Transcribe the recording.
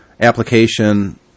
application